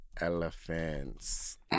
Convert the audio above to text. elephants